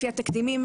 לפי התקדימים,